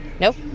Nope